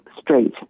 street